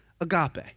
Agape